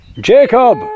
Jacob